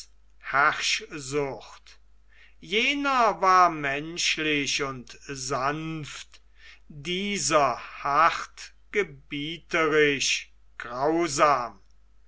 herrschsucht jener war menschlich und sanft dieser hart gebieterisch grausam